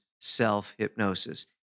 self-hypnosis